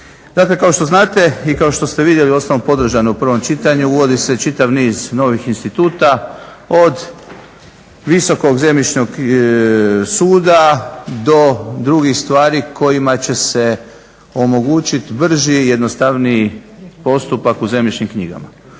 Dakle, kao što znate i kao što ste vidjeli uostalom podržane u prvom čitanju uvodi se i čitav niz novih instituta od visokog zemljišnog suda do drugih stvari kojima će se omogućiti brži, jednostavniji postupak u zemljišnim knjigama.